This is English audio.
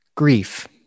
Grief